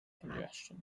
congestion